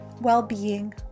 well-being